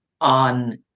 on